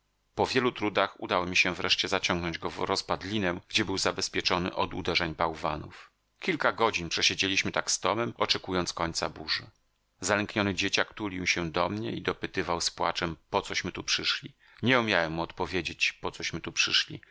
po wielu trudach udało mi się wreszcie zaciągnąć go w rozpadlinę gdzie był zabezpieczony od uderzeń bałwanów kilka godzin przesiedzieliśmy tak z tomem oczekując końca burzy zalękniony dzieciak tulił się do mnie i dopytywał z płaczem pocośmy tu przyszli nie umiałem mu odpowiedzieć pocośmy tu przyszli